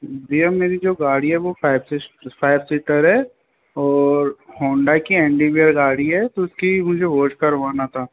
भैया मेरी जो गाड़ी है वो फाइव फाइव सीटर है और होंडा की एन डी वी आर गाड़ी है तो उसकी मुझे वोट करवाना था